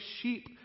sheep